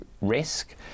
risk